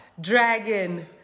dragon